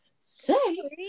Say